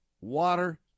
water